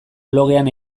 blogean